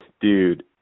Dude